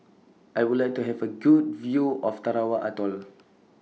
I Would like to Have A Good View of Tarawa Atoll